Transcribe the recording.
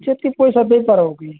ସେତିକି ପଇସା ଦେଇ ପାରିବ କି